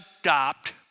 adopt